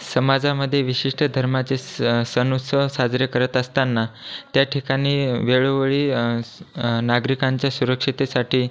समाजामध्ये विशिष्ट धर्माचे स सण उत्सव साजरे करत असताना त्या ठिकाणी वेळोवेळी स नागरिकांच्या सुरक्षिततेसाठी